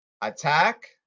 Attack